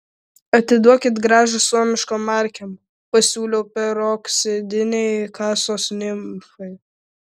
atiduokit grąžą suomiškom markėm pasiūliau peroksidinei kasos nimfai